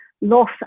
loss